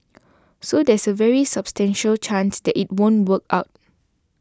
so there's a very substantial chance that it won't work out